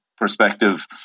perspective